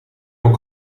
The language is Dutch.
van